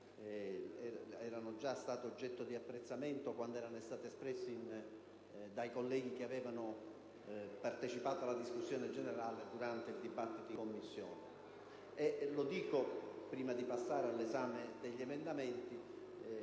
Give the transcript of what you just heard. erano già stati oggetto di apprezzamento quando espressi dai colleghi che avevano partecipato alla discussione generale durante il dibattito in Commissione. Lo sottolineo prima di passare all'esame degli emendamenti.